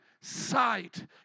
sight